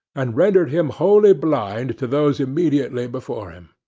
and rendered him wholly blind to those immediately before him.